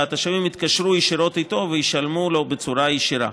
והתושבים יתקשרו ישירות איתו וישלמו לו בצורה ישירה.